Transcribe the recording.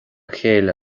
chéile